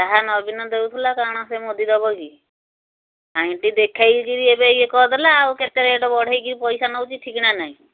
ଯାହା ନବୀନ ଦେଉଥିଲା କଣ ସେ ମୋଦୀ ଦବ କି କାଇଁତି ଦେଖେଇକିରି ଏବେ ଇଏ କରିଦେଲା ଆଉ କେତେ ରେଟ୍ ବଢ଼େଇକିରି ପଇସା ନଉଛି ଠିକଣା ନାହିଁ